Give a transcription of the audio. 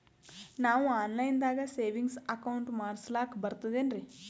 ನಾವು online ದಾಗ savings account ಮಾಡಸ್ಲಾಕ ಬರ್ತದೇನ್ರಿ?